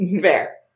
Fair